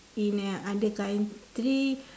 in uh other country